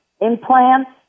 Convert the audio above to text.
implants